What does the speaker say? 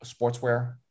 sportswear